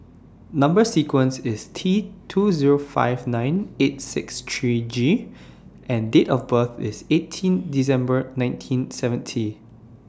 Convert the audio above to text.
Number sequence IS T two Zero five nine eight six three G and Date of birth IS eighteen December nineteen seventy